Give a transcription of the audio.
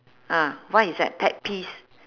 ah what is that pet peeves